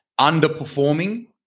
underperforming